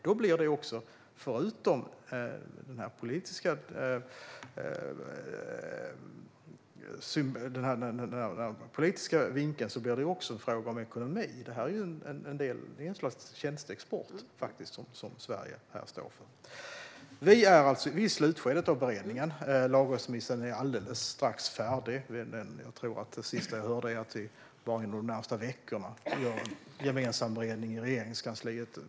Då blir det, förutom den politiska vinkeln, en fråga om ekonomi. Det är faktiskt ett slags tjänsteexport som Sverige här står för. Vi är i slutskedet av beredningen. Lagrådsremissen är alldeles strax färdig. Det senaste jag hörde är att vi inom de närmaste veckorna ska ha en gemensam beredning i Regeringskansliet.